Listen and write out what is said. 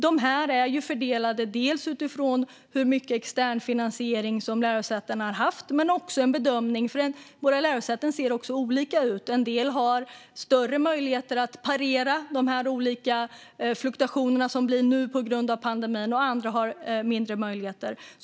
De är fördelade dels utifrån hur mycket extern finansiering som lärosätena har haft, dels en bedömning av hur de olika lärosätena ser ut. En del har större möjligheter att parera de olika fluktuationerna på grund av pandemin, och andra har mindre möjligheter.